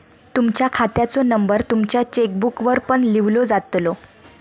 तुमच्या खात्याचो नंबर तुमच्या चेकबुकवर पण लिव्हलो जातलो